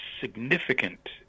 significant